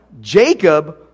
Jacob